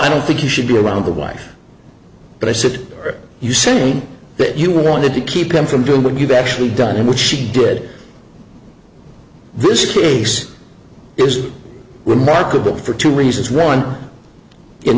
i don't think you should be around the wife but i said are you saying that you wanted to keep them from doing what you've actually done which she did this case is remarkable for two reasons one in